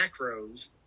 macros